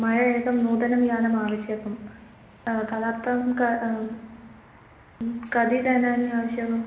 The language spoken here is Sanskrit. मया एकं नूतनं यानम् आवश्यकं तदर्थं क कति दनानि आवश्यकम्